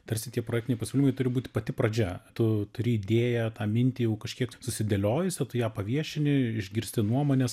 tarsi tie projektiniai pasiūlymai turi būti pati pradžia tu turi idėją tą mintį jau kažkiek susidėliojusią o tu ją paviešini išgirsti nuomones